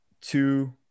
two